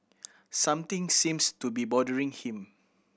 something seems to be bothering him